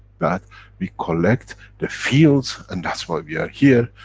that we collect the fields and that's why we are here,